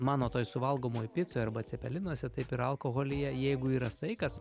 mano toj suvalgomoj picoj arba cepelinuose taip ir alkoholyje jeigu yra saikas